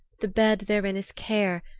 the bed therein is care,